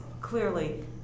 clearly